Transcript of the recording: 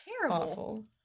terrible